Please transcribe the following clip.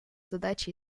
задача